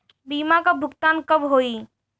बीमा का भुगतान कब होइ?